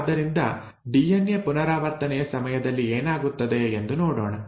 ಆದ್ದರಿಂದ ಡಿಎನ್ಎ ಪುನರಾವರ್ತನೆಯ ಸಮಯದಲ್ಲಿ ಏನಾಗುತ್ತದೆ ಎಂದು ನೋಡೋಣ